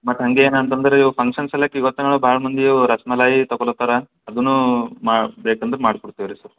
but ಹಂಗೇನು ಅಂತಂದ್ರೆ ಇವಾಗ ಫಂಕ್ಷನ್ಸ್ ಎಲ್ಲ ಇತ್ತು ಇವತ್ತು ನಾಳೆ ಭಾಳ ಮಂದಿ ಅವು ರಸಮಲೈ ತಗೊಳ್ಹತ್ತಾರ ಅದನ್ನೂ ಮಾ ಬೇಕಂದರೆ ಮಾಡಿ ಕೊಡ್ತೀವಿ ರೀ ಸರ್